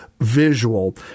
visual